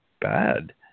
bad